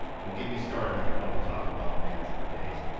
don't get me started. i could probably talk about bonanza for days.